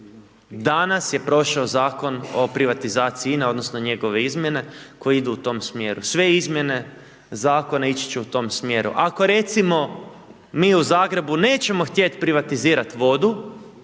Danas je prošao zakon o privatizaciji INA-e odnosno njegove izmjene koje idu u tom smjeru. Sve izmjene zakona ići će u tom smjeru. Ako, recimo, mi u Zagrebu nećemo htjeti privatizirati vodu